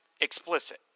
explicit